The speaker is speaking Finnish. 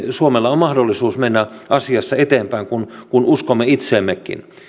suomella on mahdollisuus mennä asiassa eteenpäin kun kun uskomme itseemmekin